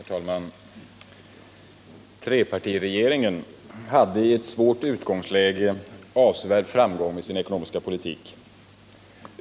Herr talman! Trepartiregeringen hade i ett svårt utgångsläge avsevärda framgångar med sin ekonomiska politik.